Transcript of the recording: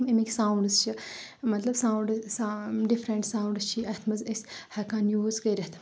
امِکۍ ساوُنڈٕس چھِ مطلب ساوُنڈس ڈِفرَنٹ ساوُنڈس چھِ اَتھ منز أسۍ ہؠکان یوٗز کٔرِتھ